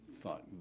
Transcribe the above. thought